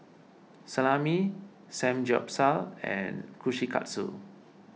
Salami Samgyeopsal and Kushikatsu